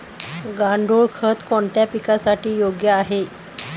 गांडूळ खत कोणत्या पिकासाठी योग्य आहे?